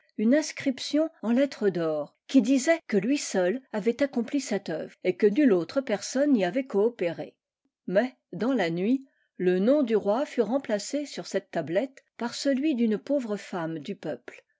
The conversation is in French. une inscription en lettres d'or qui disait que lui seul avait accompli cette œuvre et que nulle autre personne n'y avait coopéré mais dans la nuit le nom du roi fut remplacé sur cette tablette par celui d'une pauvre femme du peuple